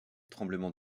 tremblements